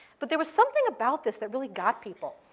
but there was something about this that really got people,